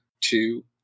two